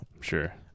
Sure